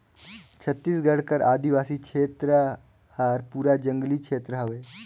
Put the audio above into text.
छत्तीसगढ़ कर आदिवासी छेत्र हर पूरा जंगली छेत्र हवे